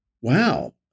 Wow